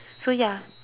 so ya